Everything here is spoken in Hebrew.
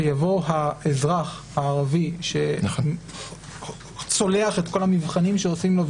שיבוא האזרח הערבי שצולח את כל המבחנים שעושים לו,